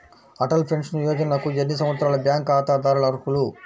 Atal pension యోజనకు ఎన్ని సంవత్సరాల బ్యాంక్ ఖాతాదారులు అర్హులు?